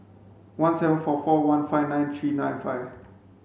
one seven four four one five nine three nine five